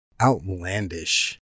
outlandish